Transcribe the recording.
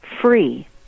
free